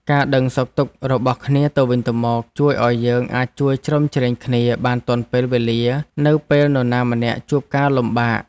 ការដឹងសុខទុក្ខរបស់គ្នាទៅវិញទៅមកជួយឱ្យយើងអាចជួយជ្រោមជ្រែងគ្នាបានទាន់ពេលវេលានៅពេលនរណាម្នាក់ជួបការលំបាក។